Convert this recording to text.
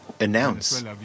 announce